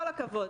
כל הכבוד.